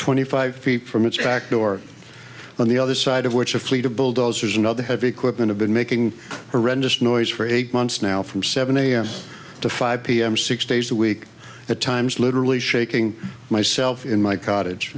twenty five feet from its back door on the other side of which a fleet of bulldozers and other heavy equipment i've been making a rendition noise for eight months now from seven am to five pm six days a week at times literally shaking myself in my cottage